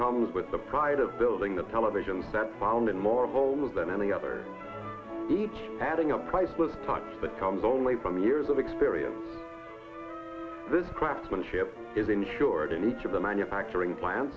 comes with the pride of building the television that founded more homes than any other each having a priceless touch that comes only from years of experience this craftsmanship is ensured in each of the manufacturing plant